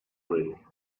ready